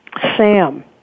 Sam